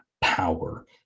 power